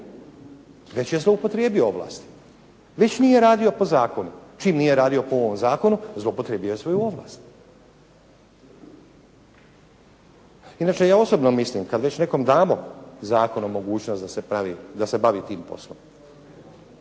Već je zloupotrijebio ovlasti. Već nije radio po zakonu. Čim nije radio po ovom zakonu zloupotrijebio je svoju ovlast. Inače ja osobno mislim kad već nekom damo zakonom mogućnost da se pravi, da se